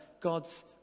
God's